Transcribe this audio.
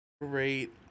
great